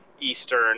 eastern